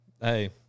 Hey